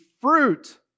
fruit